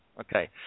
Okay